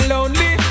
Lonely